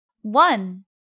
One